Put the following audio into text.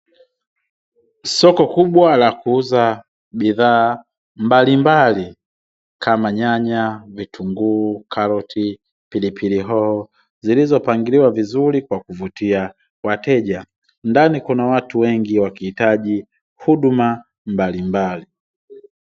Soko kubwa la kuuza bidhaa mbalimbali, kama; nyanya, vitunguu, karoti, pilipili hoho, zilizopangiliwa vizuri kwa kuvutia wateja. Ndani kuna watu wengi wakihitaji huduma mbalimbali.